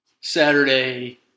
Saturday